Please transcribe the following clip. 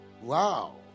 Wow